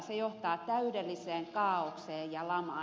se johtaa täydelliseen kaaokseen ja lamaan